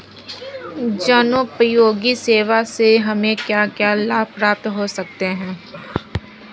जनोपयोगी सेवा से हमें क्या क्या लाभ प्राप्त हो सकते हैं?